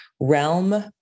realm